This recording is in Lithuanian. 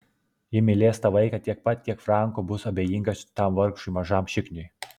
ji mylės tą vaiką tiek pat kiek franko bus abejingas tam vargšui mažam šikniui